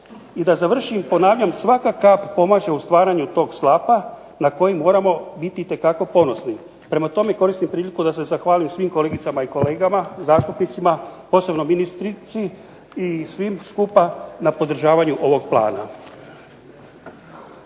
I da završim ponavljam svaka kap pomaže u stvaranju toga slapa na koji moramo biti itekako ponosni. Prema tome, koristim priliku da se zahvalim svim kolegicama i kolegama zastupnicima, posebno ministrici i svim skupa na podržavanju ovoga plana.